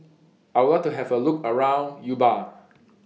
I Would like to Have A Look around Juba